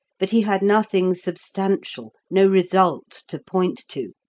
but he had nothing substantial, no result, to point to.